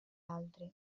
altri